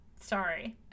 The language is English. Sorry